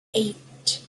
eight